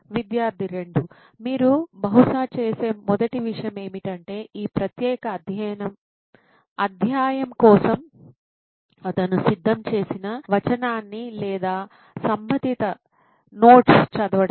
విద్యార్థి 2 మీరు బహుశా చేసే మొదటి విషయం ఏమిటంటే ఆ ప్రత్యేక అధ్యాయం కోసం అతను సిద్ధం చేసిన వచనాన్ని లేదా సంబంధిత నోట్స్ చదవడం